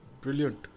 Brilliant